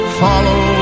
follow